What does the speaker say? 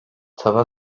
tava